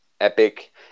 Epic